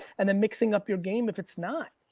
and then mixing up your game if it's not.